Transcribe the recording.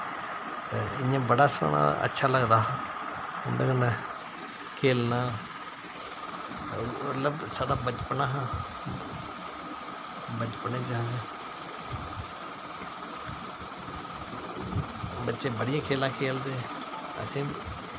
ते इ'यां बड़ा सोहना अच्छा लगदा हा उंदे कन्नै खेलना ते मतलब साढ़ा बचपना हा बचपने च अस बच्चे बड़ियां खेलां खेलदे असें